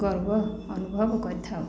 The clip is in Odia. ଗର୍ବ ଅନୁଭବ କରିଥାଉ